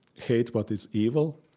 hate what is evil,